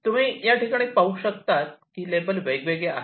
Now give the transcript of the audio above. तुम्ही या ठिकाणी पाहू शकतात की लेबल वेगवेगळे आहेत